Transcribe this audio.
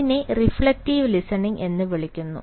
ഇതിനെ reflective listening എന്ന് വിളിക്കുന്നു